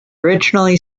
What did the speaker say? originally